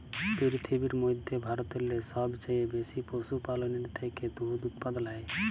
পিরথিবীর ম্যধে ভারতেল্লে সবচাঁয়ে বেশি পশুপাললের থ্যাকে দুহুদ উৎপাদল হ্যয়